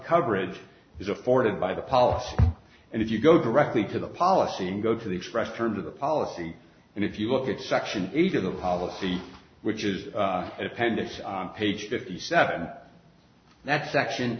coverage is afforded by the policy and if you go directly to the policy and go to the expressed terms of the policy and if you look at section eight of the policy which is appendix page fifty seven of that section